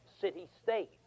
city-state